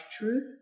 truth